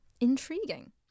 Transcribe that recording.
Intriguing